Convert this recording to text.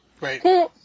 Right